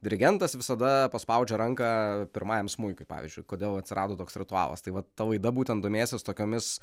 dirigentas visada paspaudžia ranką pirmajam smuikui pavyzdžiui kodėl atsirado toks ritualas tai va ta laida būtent domėsis tokiomis